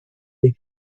dic